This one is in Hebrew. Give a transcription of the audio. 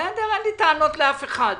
אין לי טענות לאף אחד.